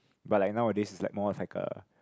but like nowadays like more of like a